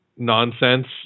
Nonsense